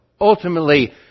ultimately